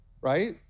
right